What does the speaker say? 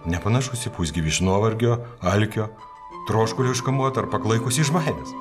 nepanašus į pusgyvį iš nuovargio alkio troškulio iškamuotą ar paklaikusį iš baimės